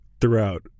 throughout